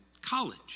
college